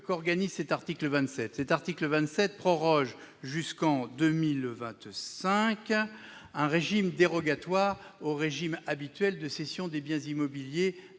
l'article 27 proroge jusqu'en 2025 le régime dérogatoire au régime habituel de cession des biens immobiliers